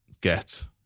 get